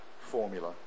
formula